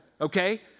Okay